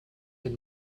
fait